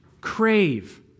crave